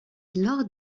lors